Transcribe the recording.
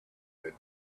that